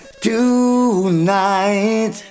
tonight